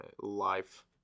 life